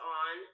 on